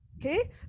Okay